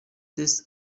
tests